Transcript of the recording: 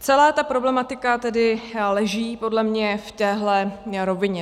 Celá ta problematika tedy leží podle mě v téhle rovině.